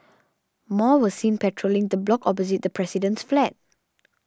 more were seen patrolling the block opposite the president's flat